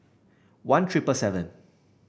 one triple seven